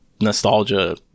nostalgia